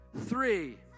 three